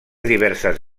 diverses